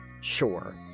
Sure